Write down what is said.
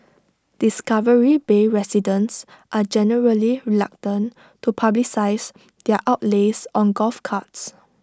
discovery bay residents are generally reluctant to publicise their outlays on golf carts